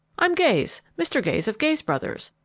i'm gayes mr. gayes of gayes brothers.